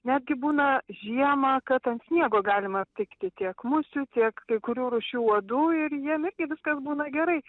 netgi būna žiemą kad ant sniego galima aptikti tiek musių tiek kai kurių rūšių uodų ir jiem irgi viskas būna gerai